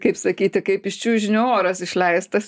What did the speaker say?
kaip sakyti kaip iš čiužinio oras išleistas